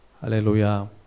Hallelujah